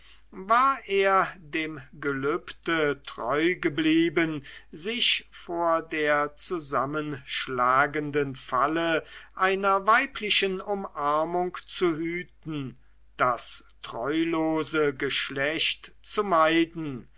war er dem gelübde treu geblieben sich vor der zusammenschlagenden falle einer weiblichen umarmung zu hüten das treulose geschlecht zu meiden